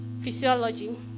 physiology